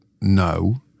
no